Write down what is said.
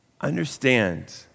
Understand